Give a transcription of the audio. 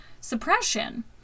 suppression